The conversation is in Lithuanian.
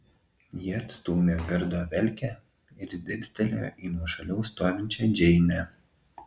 ji atstūmė gardo velkę ir dirstelėjo į nuošaliau stovinčią džeinę